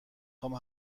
خوام